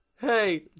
hey